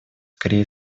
скорее